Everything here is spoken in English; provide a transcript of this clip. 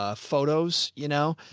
ah photos, you know,